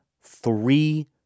three